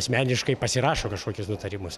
asmeniškai pasirašo kažkokius nutarimus